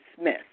Smith